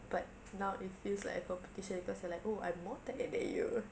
but now it feels like a competition because you're like oh I'm more tired than you